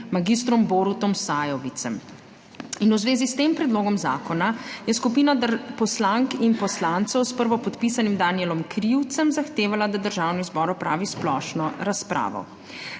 mag. Borutom Sajovicem. V zvezi s tem predlogom zakona je skupina poslank in poslancev s prvopodpisanim Danijelom Krivcem zahtevala, da Državni zbor opravi splošno razpravo.